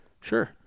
Sure